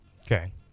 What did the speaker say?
Okay